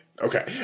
Okay